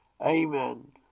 Amen